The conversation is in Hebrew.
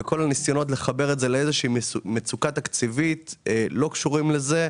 וכל הניסיונות לחבר את זה למצוקה לתקציבית לא קשורים לזה.